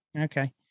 okay